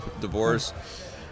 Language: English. divorce